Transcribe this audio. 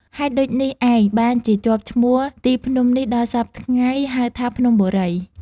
ហេតុដូចនេះឯង បានជាជាប់ឈ្មោះទីភ្នំនេះដល់សព្វថ្ងៃ ហៅថា "ភ្នំបូរី" ។